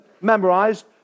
memorized